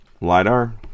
LiDAR